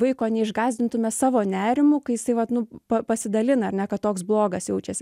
vaiko neišgąsdintume savo nerimu kai jisai vat nu tuo ir pasidalina ar ne kad toks blogas jaučiasi